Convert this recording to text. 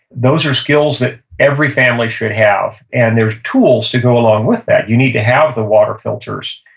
those are skills that every family should have, and there's tools to go along with that. you need to have the water filters.